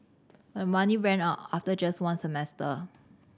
but the money ran out after just one semester